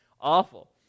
awful